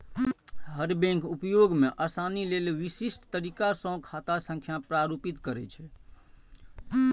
हर bank उपयोग मे आसानी लेल विशिष्ट तरीका सं खाता संख्या प्रारूपित करै छै